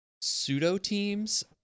pseudo-teams